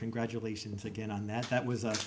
congratulations again on that that was